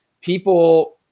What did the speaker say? People